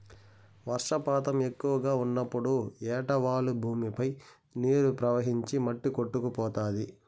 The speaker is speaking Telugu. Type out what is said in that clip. వర్షపాతం ఎక్కువగా ఉన్నప్పుడు ఏటవాలు భూమిపై నీరు ప్రవహించి మట్టి కొట్టుకుపోతాది